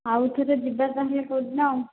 ଆଉ ଥରେ ଯିବା ତା'ହେଲେ କେଉଁ ଦିନ ଆଉ